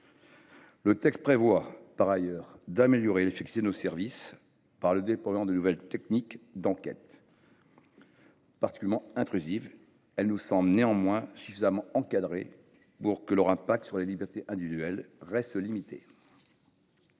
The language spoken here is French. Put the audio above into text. Le texte prévoit par ailleurs d’améliorer l’efficacité de nos services par le déploiement de nouvelles techniques d’enquête. Particulièrement intrusives, elles nous semblent néanmoins suffisamment encadrées pour que leur impact sur les libertés individuelles reste limité.